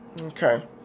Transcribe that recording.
Okay